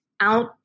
out